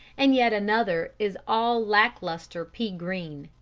and yet another is all lack-lustre pea-green.